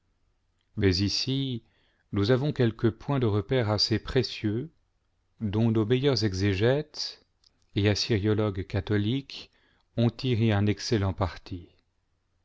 mais ici nous avons quelques points de repère assez précieux dont nos meilleurs exégètes et as ologues catholiques ont tiré un excellent parti